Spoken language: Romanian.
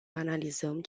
analizăm